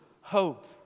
hope